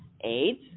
AIDS